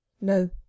no